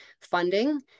funding